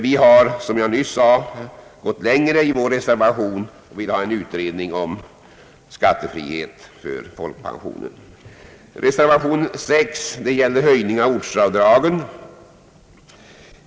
Vi har, som jag sade, gått längre i vår reservation och vill ha en utredning om skattefrihet för folkpensionen. Reservation nr 6 gäller höjning av ortsavdragen.